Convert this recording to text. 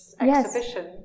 exhibition